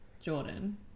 Jordan